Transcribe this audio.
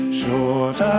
short